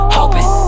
hoping